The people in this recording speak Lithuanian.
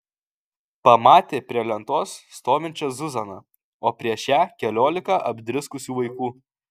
pamatė prie lentos stovinčią zuzaną o prieš ją keliolika apdriskusių vaikų